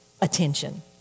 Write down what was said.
attention